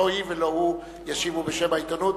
לא היא ולא הוא ישיבו בשם העיתונות.